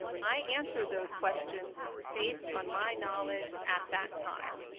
i answered those questions based on my knowledge at that time.